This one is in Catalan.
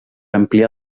ampliar